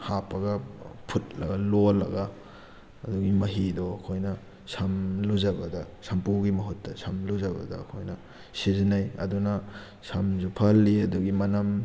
ꯍꯥꯞꯄꯒ ꯐꯨꯠꯂꯒ ꯂꯣꯜꯂꯒ ꯑꯗꯨꯒꯤ ꯃꯍꯤꯗꯣ ꯑꯩꯈꯣꯏꯅ ꯁꯝ ꯂꯨꯖꯥꯕꯗ ꯁꯝꯄꯨꯒꯤ ꯃꯍꯨꯠꯇ ꯁꯝ ꯂꯨꯖꯕꯗ ꯑꯩꯈꯣꯏꯅ ꯁꯤꯖꯤꯟꯅꯩ ꯑꯗꯨꯅ ꯁꯝꯁꯨ ꯐꯍꯜꯂꯤ ꯑꯗꯨꯒꯤ ꯃꯅꯝ